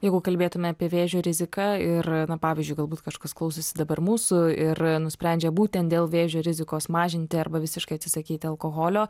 jeigu kalbėtume apie vėžio riziką ir na pavyzdžiui galbūt kažkas klausosi dabar mūsų ir nusprendžia būtent dėl vėžio rizikos mažinti arba visiškai atsisakyti alkoholio